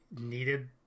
needed